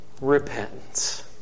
repentance